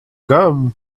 gum